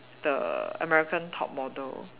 the American top model